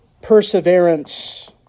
perseverance